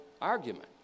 argument